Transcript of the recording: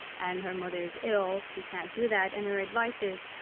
and her mother is ill. she can't do that. and her advice is,